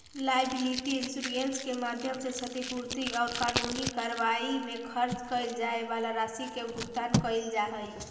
liability insurance के माध्यम से क्षतिपूर्ति औउर कानूनी कार्रवाई में खर्च कैइल जाए वाला राशि के भुगतान कैइल जा हई